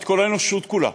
את כל האנושות כולה,